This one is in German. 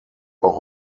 auch